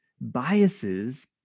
biases